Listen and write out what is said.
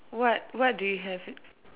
what what do you have it